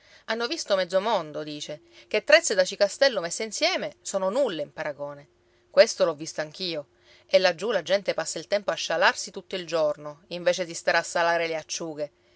hanno visto mezzo mondo dice che trezza ed aci castello messe insieme sono nulla in paragone questo l'ho visto anch'io e laggiù la gente passa il tempo a scialarsi tutto il giorno invece di stare a salare le acciughe